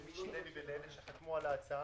למיקי לוי ולאלה שחתמו על ההצעה.